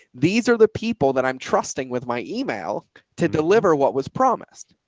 these are the people that i'm trusting with my email to deliver what was promised.